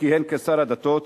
שכיהן כשר הדתות,